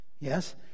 Yes